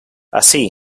así